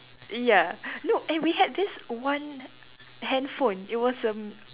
ya no and we had this one handphone it was erm